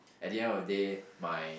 at the end of the day my